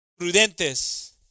prudentes